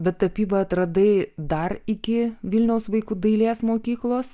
bet tapybą atradai dar iki vilniaus vaikų dailės mokyklos